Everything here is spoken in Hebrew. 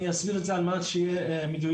אני אסביר את זה על מנת שיהיה מדויק.